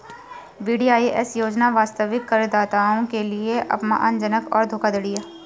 VDIS योजना वास्तविक करदाताओं के लिए अपमानजनक और धोखाधड़ी है